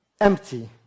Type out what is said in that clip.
empty